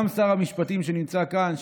גם שר המשפטים שנמצא כאן,